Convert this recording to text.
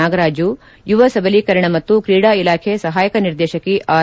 ನಾಗರಾಜು ಯುವ ಸಬಲೀಕರಣ ಮತ್ತು ಕ್ರೀಡಾ ಇಲಾಖೆ ಸಹಾಯಕ ನಿರ್ದೇಶಕಿ ಆರ್